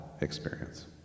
experience